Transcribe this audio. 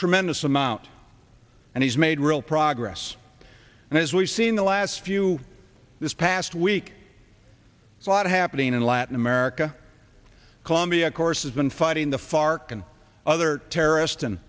tremendous amount and he's made real progress and as we've seen the last few this past week a lot happening in latin america colombia course has been fighting the fark and other terrorist